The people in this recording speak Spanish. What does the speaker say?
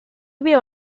veo